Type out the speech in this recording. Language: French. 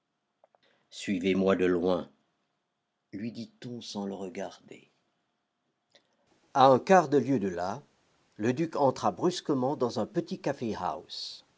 suivez-moi de loin lui dit-on sans le regarder a un quart de lieue de là le duc entra brusquement dans un petit